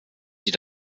sie